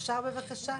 אנחנו ב-לחלופין א'.